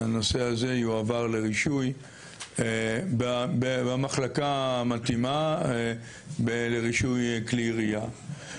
שהנושא הזה יועבר לרישוי במחלקה המתאימה לרישוי כלי ירייה.